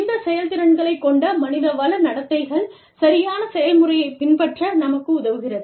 இந்த செயல்திறன்களை கொண்ட மனிதவள நடத்தைகள் சரியான செயல்முறையைப் பின்பற்ற நமக்கு உதவுகிறது